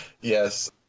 Yes